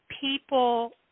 people